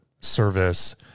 service